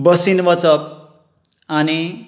बसीन वचप आनी